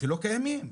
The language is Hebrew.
לא קיימים.